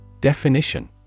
Definition